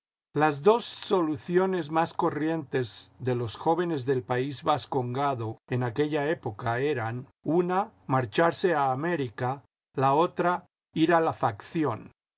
las dos soluciones miás corrientes de los jóvenes del país vascongado en aquella época eran una marcharse a américa la otra ir a la facción